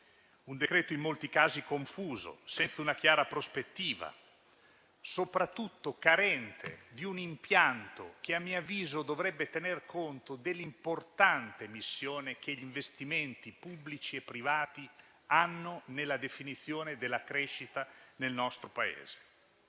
Un decreto in molti casi confuso, senza una chiara prospettiva, soprattutto carente di un impianto che, a mio avviso, dovrebbe tener conto della importante missione che gli interventi, pubblici e privati, hanno nella definizione della crescita del nostro Paese.